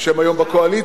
הם היום בקואליציה,